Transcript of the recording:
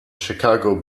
chicago